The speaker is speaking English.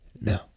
No